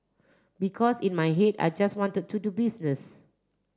because in my head I just wanted to do business